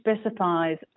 specifies